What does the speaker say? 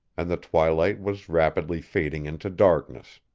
and the twilight was rapidly fading into darkness.